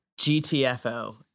GTFO